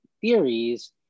theories